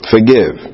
Forgive